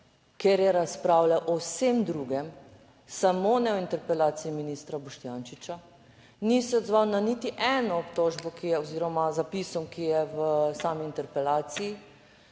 ker je razpravljal o vsem drugem, samo ne o interpelaciji ministra Boštjančiča, ni se odzval na niti eno obtožbo, ki je oziroma zapisom, ki je v sami interpelaciji,